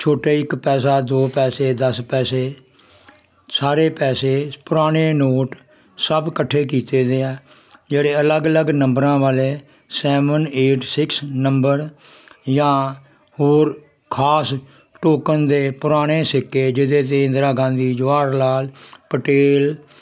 ਛੋਟੇ ਇੱਕ ਪੈਸਾ ਦੋ ਪੈਸੇ ਦਸ ਪੈਸੇ ਸਾਰੇ ਪੈਸੇ ਪੁਰਾਣੇ ਨੋਟ ਸਭ ਇਕੱਠੇ ਕੀਤੇ ਦੇ ਹੈ ਜਿਹੜੇ ਅਲੱਗ ਅਲੱਗ ਨੰਬਰਾਂ ਵਾਲੇ ਸੈਵਨ ਏਟ ਸਿਕਸ ਨੰਬਰ ਜਾਂ ਹੋਰ ਖਾਸ ਟੋਕਨ ਦੇ ਪੁਰਾਣੇ ਸਿੱਕੇ ਜਿਹਦੇ 'ਤੇ ਇੰਦਰਾ ਗਾਂਧੀ ਜਵਾਹਰ ਲਾਲ ਪਟੇਲ